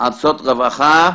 מארצות רווחה,